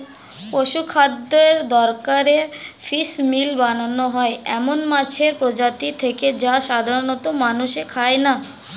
পশুখাদ্যের দরকারে ফিসমিল বানানো হয় এমন মাছের প্রজাতি থেকে যা সাধারনত মানুষে খায় না